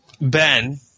Ben